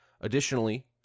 additionally